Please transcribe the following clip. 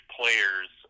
players